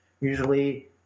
Usually